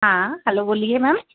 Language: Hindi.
हाँ हलो बोलिए मैम